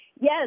Yes